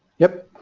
yep